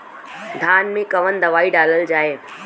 धान मे कवन दवाई डालल जाए?